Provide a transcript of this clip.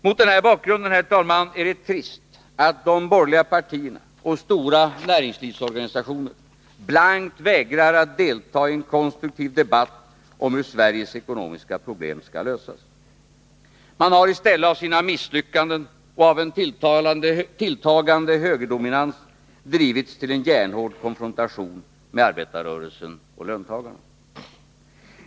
Mot den här bakgrunden, herr talman, är det trist att de borgerliga partierna och stora näringslivsorganisationer blankt vägrar att delta i en konstruktiv debatt om hur Sveriges ekonomiska problem skall lösas. Man har istället av sina misslyckanden och av en tilltagande högerdominans drivits till en järnhård konfrontation med arbetarrörelsen och löntagarna.